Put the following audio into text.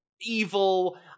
evil